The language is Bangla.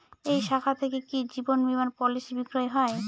এই শাখা থেকে কি জীবন বীমার পলিসি বিক্রয় হয়?